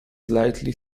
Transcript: slightly